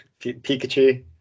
Pikachu